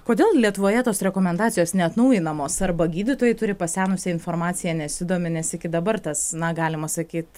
kodėl lietuvoje tos rekomendacijos neatnaujinamos arba gydytojai turi pasenusią informaciją nesidomi nes iki dabar tas na galima sakyt